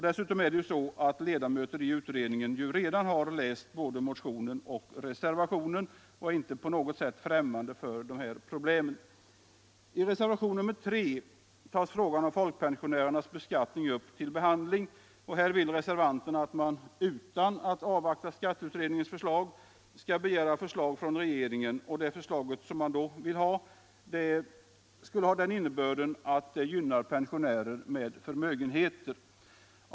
Dessutom har ju ledamöterna i utredningen redan läst både motionen och reservationen och är följaktligen inte på något sätt främmande för problemen. I reservationen 3 tas frågan om folkpensionärernas beskattning upp till behandling. Här vill reservanterna att man utan att avvakta skatteutredningens förslag skall begära ett förslag från regeringen. Det förslag som man då vill ha skulle ha den innebörden att det gynnar pensionärer med förmögenhet.